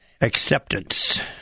Acceptance